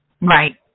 Right